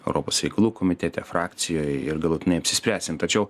europos reikalų komitete frakcijoje ir galutinai apsispręsim tačiau